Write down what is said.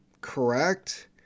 Correct